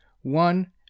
one